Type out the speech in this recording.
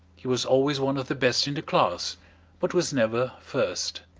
he was always one of the best in the class but was never first.